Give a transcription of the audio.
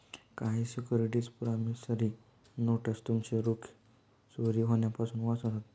काही securities promissory notes तुमचे रोखे चोरी होण्यापासून वाचवतात